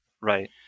Right